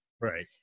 right